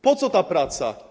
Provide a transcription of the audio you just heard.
Po co ta praca?